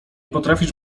potrafisz